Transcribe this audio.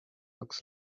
looks